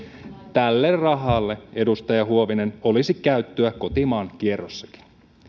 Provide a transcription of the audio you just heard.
tälle rahalle edustaja huovinen olisi käyttöä kotimaan kierrossakin